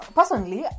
Personally